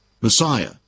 Messiah